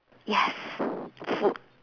yes food